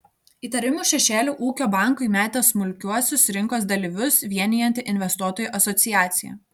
įtarimų šešėlį ūkio bankui metė smulkiuosius rinkos dalyvius vienijanti investuotojų asociacija